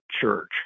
church